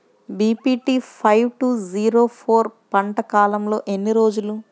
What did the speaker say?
BPT five two zero four పంట కాలంలో ఎన్ని రోజులు?